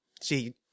See